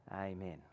Amen